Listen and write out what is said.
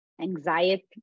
Anxiety